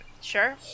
Sure